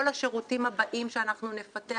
כל השירותים הבאים שאנחנו נפתח